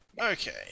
Okay